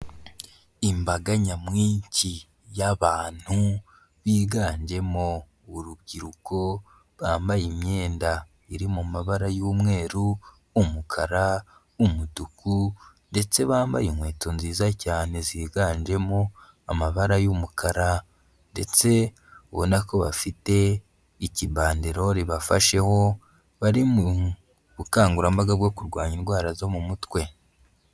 Imbaga nyamwinshi y'abantu biganjemo urubyiruko, bambaye imyenda iri mu mabara y'umweru, umukara, umutuku ndetse bambaye inkweto nziza cyane ziganjemo amabara y'umukara, ndetse ubonako bafite ikibanderore bafasheho, bari mu bukangurambaga bwo kurwanya indwara zo mu mutwe.